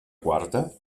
quarta